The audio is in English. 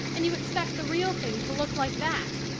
and you expect the real thing to look like that.